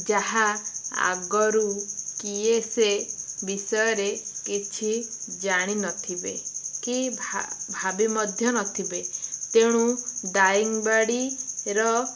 ଯାହା ଆଗରୁ କିଏ ସେ ବିଷୟରେ କିଛି ଜାଣିିନଥିବେ କି ଭାବି ମଧ୍ୟ ନଥିବେ ତେଣୁ ଦାରିଙ୍ଗିବାଡ଼ିର